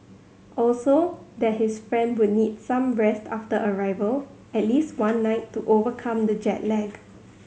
also that his friend would need some rest after arrival at least one night to overcome the jet lag